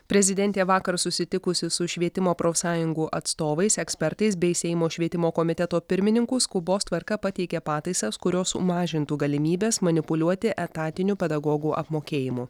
prezidentė vakar susitikusi su švietimo profsąjungų atstovais ekspertais bei seimo švietimo komiteto pirmininku skubos tvarka pateikė pataisas kurios mažintų galimybes manipuliuoti etatiniu pedagogų apmokėjimu